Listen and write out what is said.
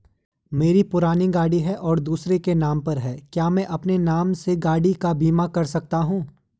मेरी पुरानी गाड़ी है और दूसरे के नाम पर है क्या मैं अपने नाम से गाड़ी का बीमा कर सकता हूँ?